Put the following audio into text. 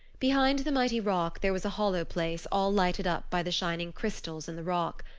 behind the mighty rock there was a hollow place all lighted up by the shining crystals in the rock.